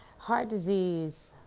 heart disease